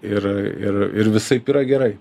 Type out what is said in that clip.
ir ir ir visaip yra gerai